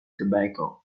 tobacco